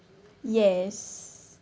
yes